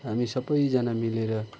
हामी सबैजना मिलेर